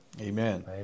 Amen